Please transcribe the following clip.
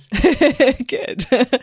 Good